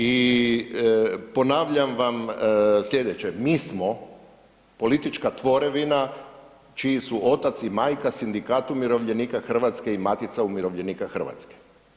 I ponavljam vam sljedeće, mi smo politička tvorevina čiji su otac i majka Sindikat umirovljenika Hrvatske i Matica umirovljenika Hrvatske.